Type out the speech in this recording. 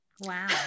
Wow